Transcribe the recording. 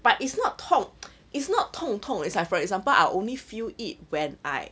but it's not 痛 it's not 痛痛 is like for example I'll only feel it when I